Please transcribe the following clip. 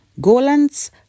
Golan's